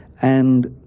and